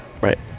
right